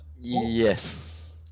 Yes